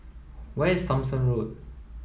where is Thomson Road